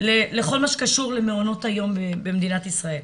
לכל מה שקשור למעונות היום במדינת ישראל.